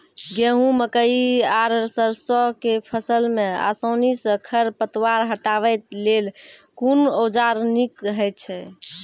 गेहूँ, मकई आर सरसो के फसल मे आसानी सॅ खर पतवार हटावै लेल कून औजार नीक है छै?